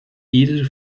ieder